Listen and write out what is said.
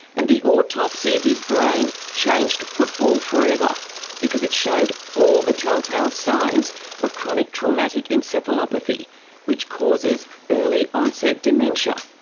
and the autopsy of his brain changed football forever because it showed all the tell-tale signs of chronic traumatic encephalopathy which causes early onset dementia.